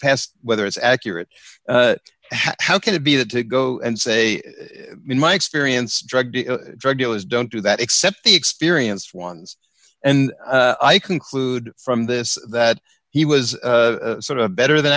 past whether it's accurate how can it be that to go and say in my experience drug drug dealers don't do that except the experienced ones and i conclude from this that he was sort of better than